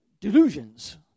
delusions